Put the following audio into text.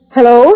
Hello